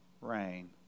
rain